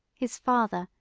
his father,